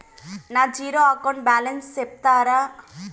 నా zero account balance సెప్తారా?